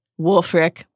Wolfric